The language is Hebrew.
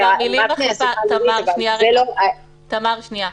----- זה לא --- תמר, שנייה.